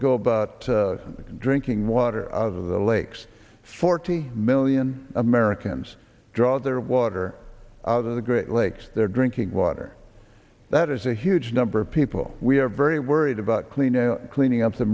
go about drinking water out of the lakes forty million americans draw their water out of the great lakes their drinking water that is a huge number of people we are very worried about cleaning cleaning up the